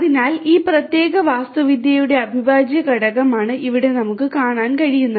അതിനാൽ ഈ പ്രത്യേക വാസ്തുവിദ്യയുടെ അവിഭാജ്യ ഘടകമാണ് ഇവിടെ നമുക്ക് കാണാൻ കഴിയുന്നത്